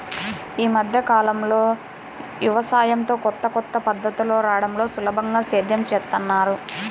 యీ మద్దె కాలంలో యవసాయంలో కొత్త కొత్త పద్ధతులు రాడంతో సులభంగా సేద్యం జేత్తన్నారు